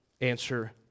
answer